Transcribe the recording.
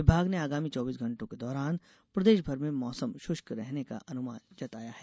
विभाग ने आगामी चौबीस घंटों के दौरान प्रदेश भर में मौसम शुष्क करने का अनुमान जताया है